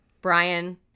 Brian